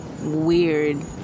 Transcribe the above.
weird